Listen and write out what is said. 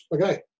Okay